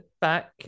back